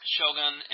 Shogun